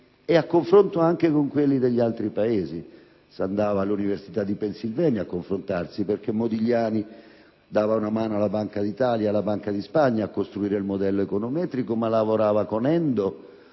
il confronto con quelli di altri Paesi. Si andava all'Università di Pennsylvania a confrontarsi, perché Modigliani dava una mano alla Banca d'Italia e alla Banca di Spagna a costruire il modello econometrico, ma lavorava con Ando